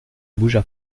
bougea